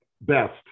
best